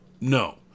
No